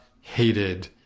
hated